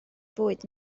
fwyd